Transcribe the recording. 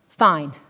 Fine